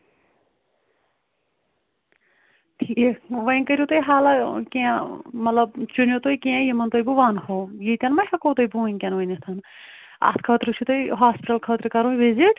ٹھیٖک وۅنۍ کٔرو تُہۍ حالا کیٚنٛہہ مطلب ژھُنِو تُہۍ کیٚنٛہہ یِمن تۅہہِ بہٕ ونہو ییٚتیٚن ما ہیٚکو تُہۍ بہٕ وُنکیٚن ؤنِتھ اتھ خٲطرٕ چھُ تۅہہِ ہاسپِٹل خٲطرٕ کرُن وِزِٹ